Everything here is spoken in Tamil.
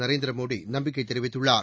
நரேந்திர மோடி நம்பிக்கை தெரிவித்துள்ளார்